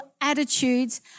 attitudes